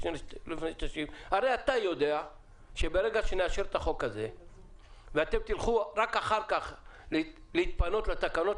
הרי אתה יודע שברגע שנאשר את החוק הזה ורק אחר-כך תתפנו לתקנות,